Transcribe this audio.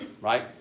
right